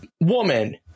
woman